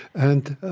and